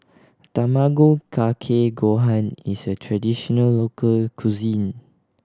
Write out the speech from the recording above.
Tamago Kake Gohan is a traditional local cuisine